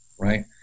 right